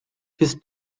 his